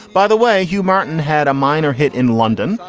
by the way, hugh martin had a minor hit in london.